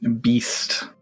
Beast